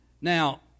Now